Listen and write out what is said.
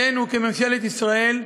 עלינו, כממשלת ישראל,